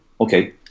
okay